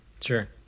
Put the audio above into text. Sure